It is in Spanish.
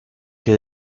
que